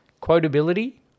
Quotability